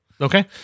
Okay